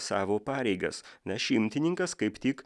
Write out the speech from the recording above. savo pareigas nes šimtininkas kaip tik